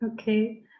Okay